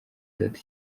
data